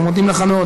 אנחנו מודים לך מאוד,